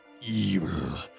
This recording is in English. evil